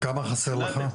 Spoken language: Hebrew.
כמה חסר לך?